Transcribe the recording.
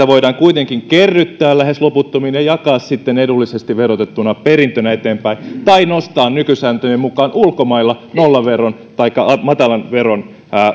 voidaan kuitenkin kerryttää lähes loputtomiin ja jakaa sitten edullisesti verotettuna perintönä eteenpäin tai nostaa nykysääntöjen mukaan ulkomailla nollaveron taikka matalan veron